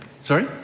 Sorry